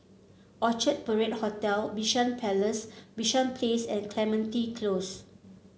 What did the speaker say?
Orchard Parade Hotel Bishan Palace Bishan Place and Clementi Close